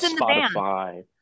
Spotify